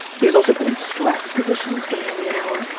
he was also put in stress positions for nearly an hour,